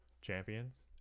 champions